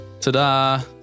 Ta-da